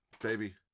baby